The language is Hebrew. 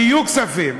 ויהיו כספים,